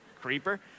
creeper